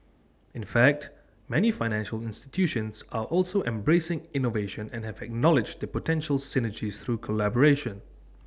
in fact many financial institutions are also embracing innovation and have acknowledged the potential synergies through collaboration